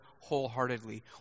wholeheartedly